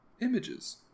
Images